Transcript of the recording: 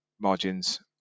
margins